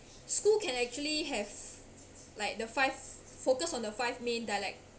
school can actually have like the five focus on the five main dialect